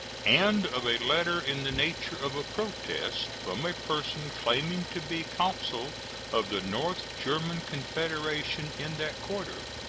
and of a letter in the nature of a protest from a person claiming to be consul of the north german confederation in that quarter,